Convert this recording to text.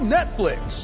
Netflix